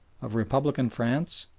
of republican france,